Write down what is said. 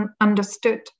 understood